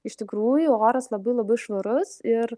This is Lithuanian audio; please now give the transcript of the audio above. iš tikrųjų oras labai labai švarus ir